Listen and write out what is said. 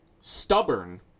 stubborn